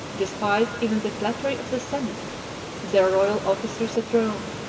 despised even the flattery of the senate their royal officers at rome,